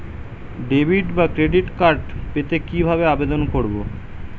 Debit বা credit card পেতে কি ভাবে আবেদন করব?